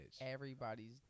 Everybody's